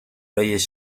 reyes